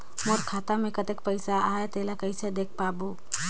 मोर खाता मे कतेक पइसा आहाय तेला देख दे बाबु?